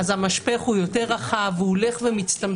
המשפך הוא יותר רחב והוא הולך ומצטמצם.